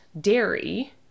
dairy